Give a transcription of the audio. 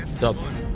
troubling